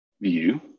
view